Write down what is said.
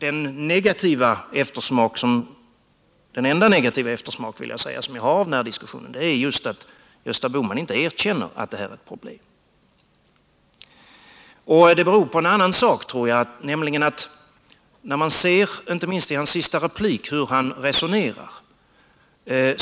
En negativ eftersmak som jag har fått av den här diskussionen — och jag vill gärna säga att den är den enda — är just att Gösta Bohman inte erkänner att detta är ett problem. Jag tror att detta beror på en annan sak, vilket inte minst framgick i hans senaste replik där man kunde höra hur han resonerar.